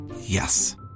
Yes